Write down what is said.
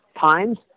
times